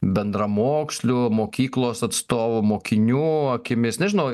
bendramokslių mokyklos atstovų mokinių akimis nežinau